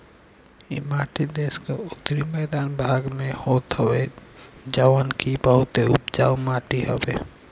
इ माटी देस के उत्तरी मैदानी भाग में होत हवे जवन की बहुते उपजाऊ माटी हवे